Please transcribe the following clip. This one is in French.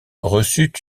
reçut